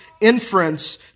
inference